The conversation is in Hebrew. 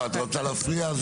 לא, את רוצה להפריע?